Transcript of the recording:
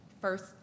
first